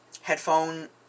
headphone